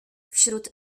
wśród